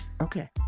Okay